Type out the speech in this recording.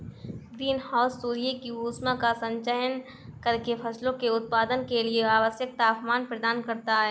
green house सूर्य की ऊष्मा का संचयन करके फसलों के उत्पादन के लिए आवश्यक तापमान प्रदान करता है